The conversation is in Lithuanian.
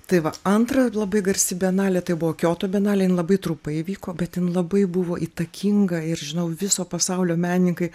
tai va antra labai garsi bienalė tai buvo kioto bienalė jin labai trumpai vyko be jin labai buvo įtakinga ir žinau viso pasaulio menininkai